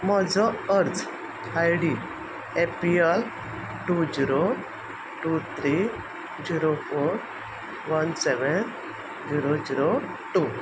म्हजो अर्ज I D A P L two zero two three zero four one seven zero zero two